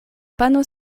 pano